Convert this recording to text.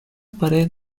pared